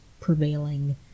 prevailing